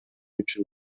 үчүн